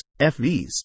FVs